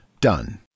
done